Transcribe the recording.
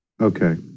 Okay